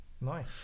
Nice